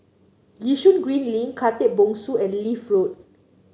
Yishun Green Link Khatib Bongsu and Leith Road